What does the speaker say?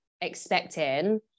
expecting